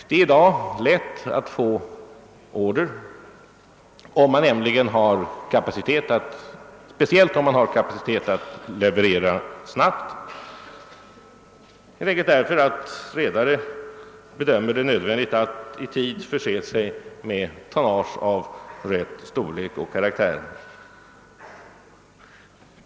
Det är i dag lätt att få order, speciellt om man har kapacitet att leverera snabbt, helt enkelt därför att redare bedömer det som nödvändigt att i tid förse sig med tonnage av rätt storlek och karaktär.